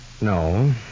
No